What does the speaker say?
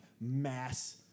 mass